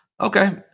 Okay